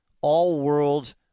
all-world